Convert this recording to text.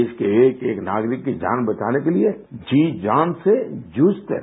देश के एक एक नागरिक की जान बचाने के लिए जी जान से जूझते रहे